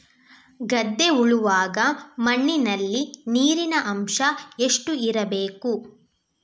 ಗದ್ದೆ ಉಳುವಾಗ ಮಣ್ಣಿನಲ್ಲಿ ನೀರಿನ ಅಂಶ ಎಷ್ಟು ಇರಬೇಕು?